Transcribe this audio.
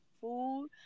food